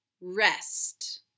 Rest